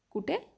कुठे